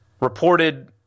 reported